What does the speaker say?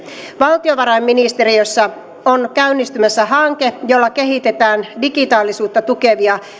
valtiovarainministeriössä on käynnistymässä hanke jolla kehitetään digitaalisuutta tukevaa